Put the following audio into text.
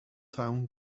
town